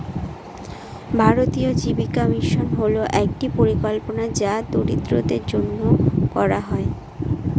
জাতীয় জীবিকা মিশন হল একটি পরিকল্পনা যা দরিদ্রদের জন্য করা হয়